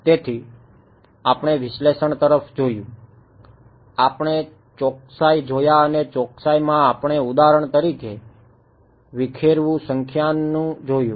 તેથી આપણે વિશ્લેષણ તરફ જોયું આપણે ચોકસાઈ જોયા અને ચોકસાઈમાં આપણે ઉદાહરણ તરીકે વિખેરવું સંખ્યાનું જોયું